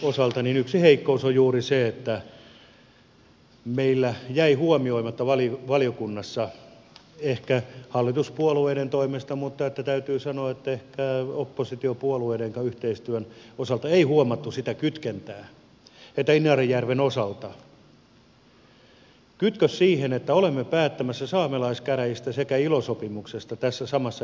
tämän lakiesityksen yksi heikkous on juuri se että meillä jäi huomioimatta valiokunnassa ehkä hallituspuolueiden toimesta mutta täytyy sanoa että ehkä oppositiopuolueidenkaan yhteistyön osalta ei huomattu inarijärven osalta kytkös siihen että olemme päättämässä saamelaiskäräjistä sekä ilo sopimuksesta tässä samassa eduskunnassa